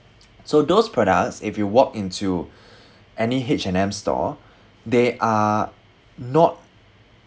so those products if you walk into any h and m store they are not